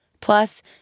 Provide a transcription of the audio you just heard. Plus